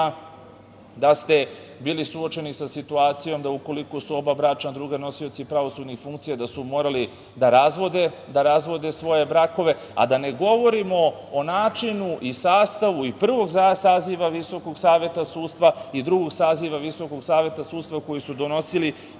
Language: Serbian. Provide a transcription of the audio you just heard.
da ste bili suočeni sa situacijom, ukoliko su oba bračna druga nosioci pravosudnih funkcija, da su morali da razvode svoje brakove, a da ne govorimo o načinu i sastavu prvog saziva VSS i drugog saziva VSS koji su donosili